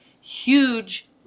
huge